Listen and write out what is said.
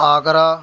Agra